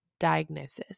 diagnosis